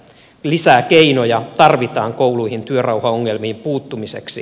lisää keinoja tarvitaan kouluihin työrauhaongelmiin puuttumiseksi